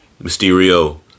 Mysterio